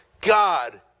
God